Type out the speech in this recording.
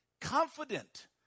confident